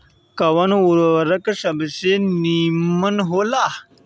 कवन उर्वरक सबसे नीमन होला?